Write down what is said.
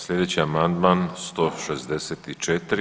Sljedeći amandman 164.